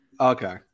okay